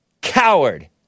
coward